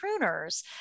pruners